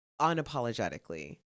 unapologetically